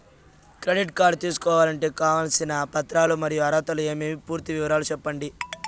Credit card తీసుకోవాలంటే కావాల్సిన పత్రాలు మరియు అర్హతలు ఏమేమి పూర్తి వివరాలు సెప్పండి?